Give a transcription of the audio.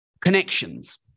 Connections